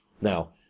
Now